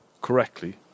correctly